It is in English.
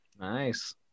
Nice